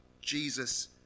Jesus